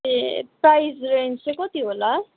ए price range चाहिँ कति होला